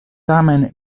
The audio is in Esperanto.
tamen